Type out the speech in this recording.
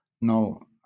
no